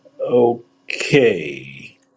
Okay